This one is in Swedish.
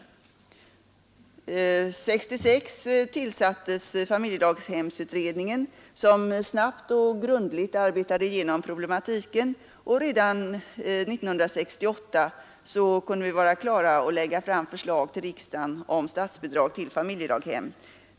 1966 tillsattes familjedaghemsutredningen, som snabbt och grundligt arbetade igenom problematiken, och redan 1968 kunde vi vara klara att lägga fram förslag till riksdagen om statsbidrag till familjedaghem.